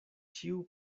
ĉiu